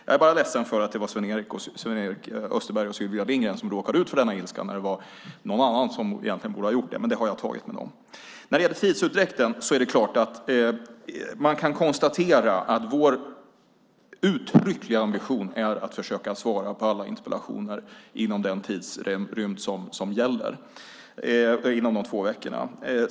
Jag är bara ledsen för att det var Sven-Erik Österberg och Sylvia Lindgren som råkade ut för denna ilska när det var någon annan som egentligen borde ha gjort det. Men det har jag tagit upp med dem. När det gäller tidsutdräkten kan jag konstatera att vår uttryckliga ambition är att försöka svara på alla interpellationer inom den tidsrymd som gäller, alltså inom två veckor.